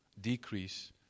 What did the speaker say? decrease